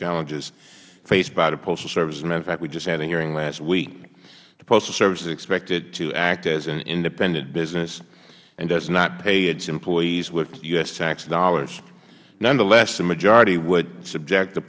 challenges faced by the postal service as a matter of fact we just had a hearing last week the postal service is expected to act as an independent business and does not pay its employees with u s tax dollars nonetheless the majority would subject the